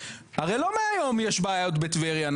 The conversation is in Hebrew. לא מהיום יש בעיות בטבריה,